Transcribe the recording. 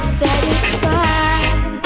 satisfied